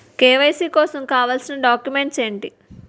KYC కోసం కావాల్సిన documents ఎంటి?